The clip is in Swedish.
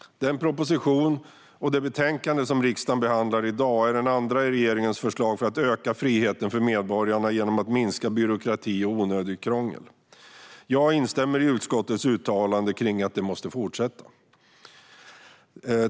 Den proposition - och det betänkande - som riksdagen behandlar i dag är den andra i regeringens förslag för att öka friheten för medborgarna genom att minska byråkrati och onödigt krångel. Jag instämmer i utskottets uttalande om att det arbetet måste fortsätta.